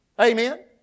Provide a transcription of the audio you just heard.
Amen